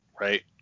right